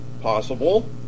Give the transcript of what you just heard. possible